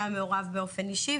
שהיה מעורב באופן אישי,